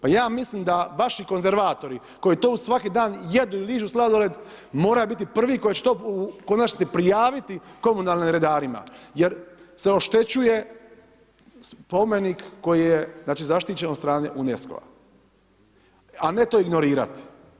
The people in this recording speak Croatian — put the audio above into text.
Pa ja mislim da vaši konzervatori koji tu svaki dan jedu i ližu sladoled moraju biti prvi koji će to u konačnici prijaviti komunalnim redarima jer se oštećuje spomenik koji je zaštićen od strane UNESCO-a, a ne to ignorirati.